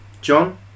John